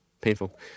painful